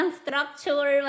structure